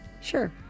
sure